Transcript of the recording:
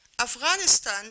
Afghanistan